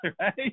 right